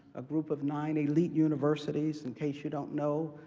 a group of nine elite universities in case you don't know,